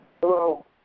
Hello